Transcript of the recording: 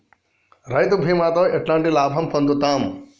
రైతు బీమాతో ఎట్లాంటి లాభం పొందుతం?